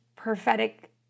prophetic